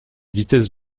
vitesse